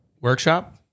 Workshop